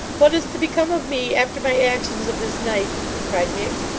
what is to become of me after my actions of this night cried miggs.